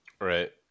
Right